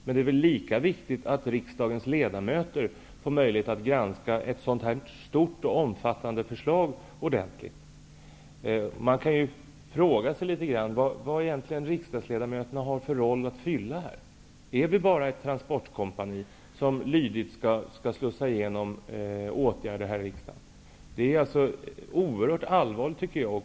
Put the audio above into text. Men det är väl lika viktigt att riksdagens ledamöter får möjlighet att granska ett sådant här stort och omfattande förslag ordentligt. Man kan fråga sig vad riksdagens ledamöter egentligen har för roll att fylla. Är vi bara ett ''transportkompani'' som lydigt skall slussa igenom åtgärder här i riksdagen? Det är oerhört allvarligt, tycker jag.